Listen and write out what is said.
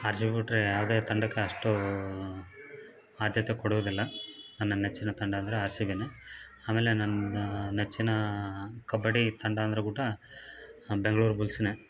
R C B ಬಿಟ್ರೆ ಯಾವುದೇ ತಂಡಕ್ಕೆ ಅಷ್ಟೂ ಆದ್ಯತೆ ಕೊಡುವುದಿಲ್ಲ ನನ್ನ ನೆಚ್ಚಿನ ತಂಡ ಅಂದರೆ ಆರ್ ಸಿ ಬಿನೇ ಆಮೇಲೆ ನನ್ನ ನೆಚ್ಚಿನ ಕಬಡ್ಡಿ ತಂಡ ಅಂದರೆ ಕೂಡ ಬೆಂಗಳೂರು ಬುಲ್ಸ್ನೇ